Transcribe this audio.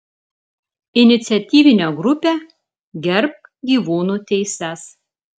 iniciatyvinė grupė gerbk gyvūnų teises